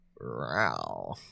Wow